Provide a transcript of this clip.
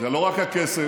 זה לא רק הכסף,